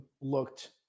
looked